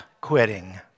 quitting